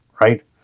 right